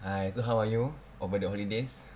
hi so how are you over the holidays